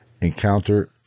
encounter